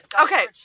okay